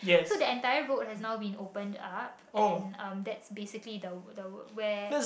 so the entire road has now been opened up and um that's basically the w~ the where